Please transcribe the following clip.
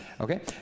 Okay